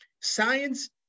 science